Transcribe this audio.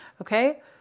Okay